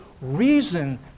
reason